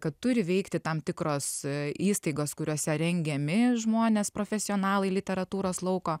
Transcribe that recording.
kad turi veikti tam tikros įstaigos kuriose rengiami žmonės profesionalai literatūros lauko